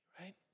right